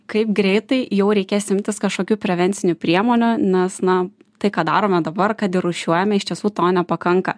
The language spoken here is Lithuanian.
kaip greitai jau reikės imtis kažkokių prevencinių priemonių nes na tai ką darome dabar kad ir rūšiuojame iš tiesų to nepakanka